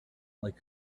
like